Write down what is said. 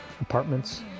Apartments